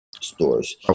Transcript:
stores